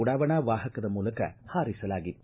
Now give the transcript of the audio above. ಉಡಾವಣಾ ವಾಹಕದ ಮೂಲಕ ಹಾರಿಸಲಾಗಿತ್ತು